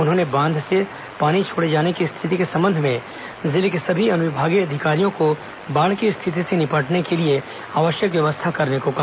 उन्होंने बांध से पानी छोड़े जाने की स्थिति के संबंध में जिले के सभी अनुविभागीय अधिकारियों को बाढ़ की स्थिति से निपटने के लिए आवश्यक व्यवस्था करने को कहा